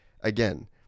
again